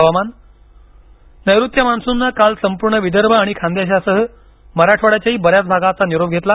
हवामान नैऋत्य मान्सूननं काल संपूर्ण विदर्भ आणि खानदेशासह मराठवाड्याच्याही बऱ्याच भागाचा निरोप घेतला